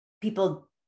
people